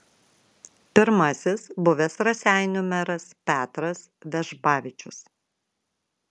pirmasis buvęs raseinių meras petras vežbavičius